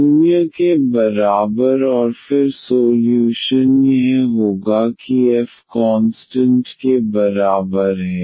0 के बराबर और फिर सोल्यूशन यह होगा कि एफ कॉनस्टन्ट के बराबर है